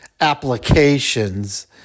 applications